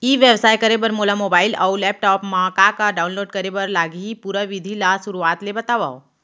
ई व्यवसाय करे बर मोला मोबाइल अऊ लैपटॉप मा का का डाऊनलोड करे बर लागही, पुरा विधि ला शुरुआत ले बतावव?